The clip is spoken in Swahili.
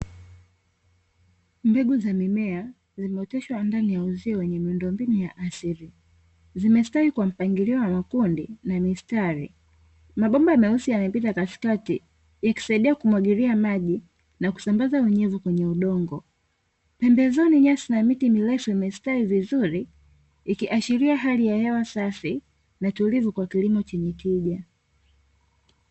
Mbegu za mimea zimeoteshwa ndani ya uzio wenye miundombinu ya asili, zimestawi kwa mpangilio, kwa makundi na mistari, mabomba meusi yamepita katikati ikisaidia kumwagilia maji na kusambaza unyevu kwenye udongo. Pembezoni nyasi na miti mirefu imestawi vizuri ikiashiria hali ya hewa safi na tulivu, kwenye kilimo chenye tija.